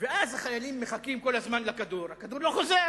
ואז החיילים מחכים כל הזמן לכדור, והוא לא חוזר.